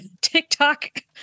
TikTok